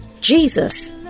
Jesus